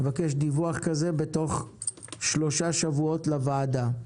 אני מבקש דיווח כזה בתוך שלושה שבועות לוועדה.